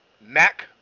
Mac